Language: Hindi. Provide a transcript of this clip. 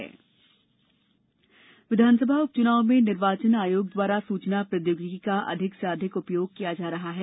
विस उपचुनाव विधानसभा उप चुनाव में निर्वाचन आयोग द्वारा सूचना प्रौद्योगिकी का अधिक से अधिक उपयोग किया जा रहा है